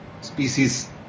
species